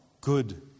good